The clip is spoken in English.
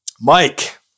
Mike